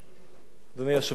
היושב-ראש,